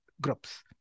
groups